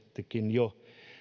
jo